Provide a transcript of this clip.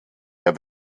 der